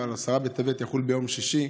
אבל עשרה בטבת יחול ביום שישי.